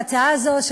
ההצעה הזאת,